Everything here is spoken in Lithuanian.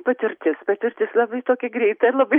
patirtis patirtis labai tokia greita ir labai